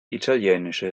italienische